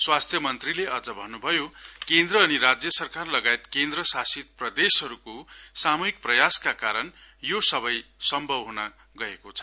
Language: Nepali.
स्वास्थ्य मन्त्रीले अझ भन्न भयो केन्द्र अनि राज्य सरकार लगायत केन्द्र शाषित प्रदेशहरुको सामूहिक प्रयासका कारण यो सबै सम्भव भएको हो